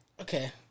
Okay